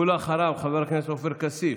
ואחריו, חבר הכנסת עופר כסיף,